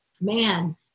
man